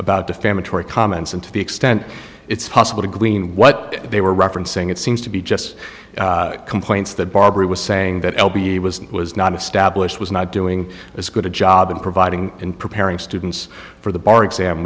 about defamatory comments and to the extent it's possible to glean what they were referencing it seems to be just complaints that barbara was saying that l b e was and was not established was not doing as good a job in providing in preparing students for the bar exam